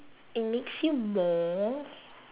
it makes you more